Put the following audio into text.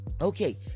Okay